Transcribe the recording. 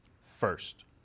First